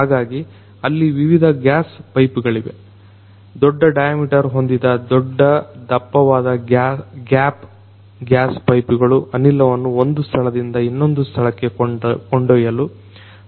ಹಾಗಾಗಿ ಅಲ್ಲಿ ವಿವಿಧ ಗ್ಯಾಸ್ ಪೈಪುಗಳಿವೆ ದೊಡ್ಡ ಡೈಮೀಟರ್ ಹೊಂದಿದ ದೊಡ್ಡ ದಪ್ಪವಾದ ಗ್ಯಾಪ್ ಗ್ಯಾಸ್ ಪೈಪುಗಳು ಅನಿಲವನ್ನು ಒಂದು ಸ್ಥಳದಿಂದ ಇನ್ನೊಂದು ಸ್ಥಳಕ್ಕೆ ಕೊಂಡೊಯ್ಯಲು ಸಹಕಾರಿಯಾಗುತ್ತವೆ